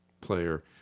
player